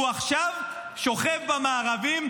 הוא עכשיו שוכב במארבים,